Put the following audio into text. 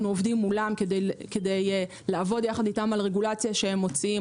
אנו עובדים מולם כדי לעבוד יחד איתם על רגולציה שהם מוציאים,